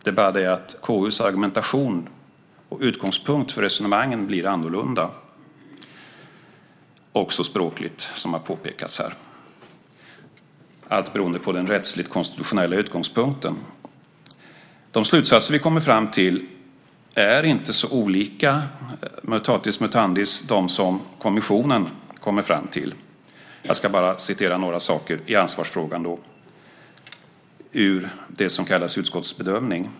Det är bara det att KU:s argumentation och utgångspunkt för resonemangen blir annorlunda också språkligt, som har påpekats här, allt beroende på den rättsligt konstitutionella utgångspunkten. De slutsatser vi kommer fram till är inte så olika, mutatis mutandis , de som kommissionen kommer fram till. Jag ska bara citera några saker i ansvarsfrågan ur det som kallas Utskottets bedömning.